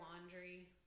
laundry